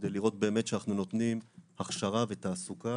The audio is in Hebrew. כדי לראות באמת שאנחנו נותנים הכשרה ותעסוקה